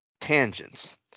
tangents